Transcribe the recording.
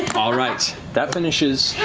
all right. that finishes